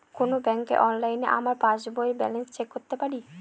কোনো ব্যাঙ্কে অনলাইনে আমরা পাস বইয়ের ব্যালান্স চেক করতে পারি